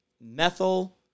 methyl